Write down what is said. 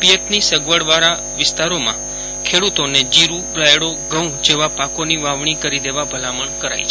પિયતની સગવડવાળા વિસ્તારોમાં ખેડૂતોને જીરૂ રાયડો ઘઉં જેવા પાકોની વાવણી કરી દેવા ભલામણ કરાઈ છે